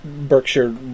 Berkshire